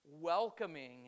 welcoming